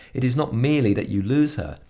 it is not merely that you lose her,